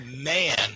man